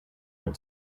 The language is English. went